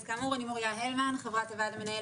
אז כאמור אני מוריה הלמן חברת הוועד המנהל